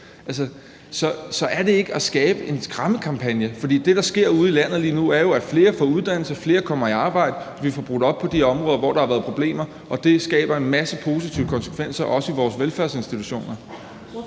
Så er det ikke at skabe en skræmmekampagne? For det, der sker ude i landet lige nu, er jo, at flere får uddannelse, at flere kommer i arbejde, og at vi får brudt op i de områder, hvor der har været problemer. Og det skaber en masse positive konsekvenser, også i vores velfærdsinstitutioner.